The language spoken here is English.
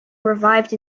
revived